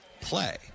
play